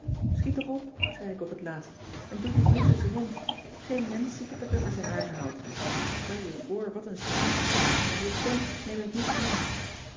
toch op zei ik op t laatst en duw die blouses erin geen mensch ziet je toch immers in aerdenhout stel je voor wat een soesah als ik kom neem ik niets mee